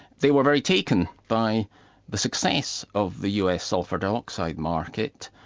they were very taken by the success of the us sulphur dioxide market,